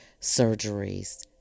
surgeries